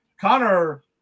Connor